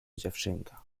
dziewczynka